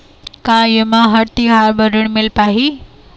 का ये म हर तिहार बर ऋण मिल पाही?